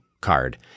card